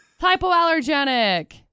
Hypoallergenic